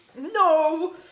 No